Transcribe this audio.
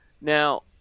Now